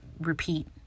repeat